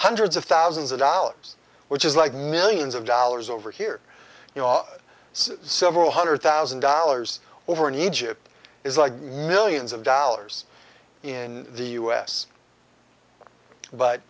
hundreds of thousands of dollars which is like millions of dollars over here you know several hundred thousand dollars or in egypt is like millions of dollars in the us but